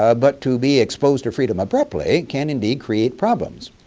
ah but to be exposed to freedom abruptly can, indeed, create problems.